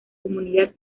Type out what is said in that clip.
comunidad